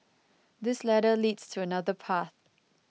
this ladder leads to another path